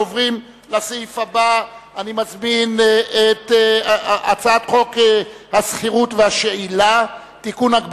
אנחנו עוברים לסעיף הבא: הצעת חוק השכירות והשאילה (תיקון,